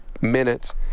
minutes